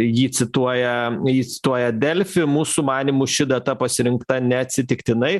jį cituoja jį cituoja delfi mūsų manymu ši data pasirinkta neatsitiktinai